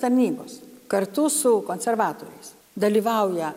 tarnybos kartu su konservatoriais dalyvauja